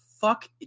fuck